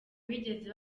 bigeze